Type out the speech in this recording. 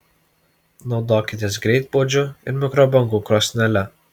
naudokitės greitpuodžiu ir mikrobangų krosnele